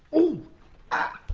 ooo ah!